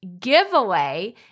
giveaway